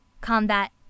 combat